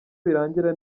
birangira